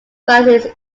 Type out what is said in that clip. versailles